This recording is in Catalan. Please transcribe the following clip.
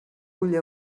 ull